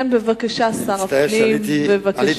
שר הפנים, בבקשה.